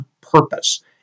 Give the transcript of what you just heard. Purpose